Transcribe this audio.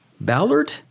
Ballard